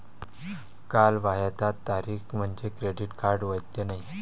कालबाह्यता तारीख म्हणजे क्रेडिट कार्ड वैध नाही